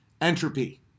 entropy